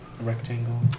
Rectangle